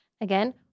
again